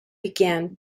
began